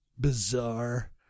bizarre